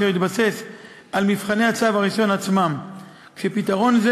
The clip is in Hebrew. אשר יתבסס על מבחני הצו הראשון עצמם.